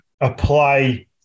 apply